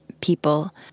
people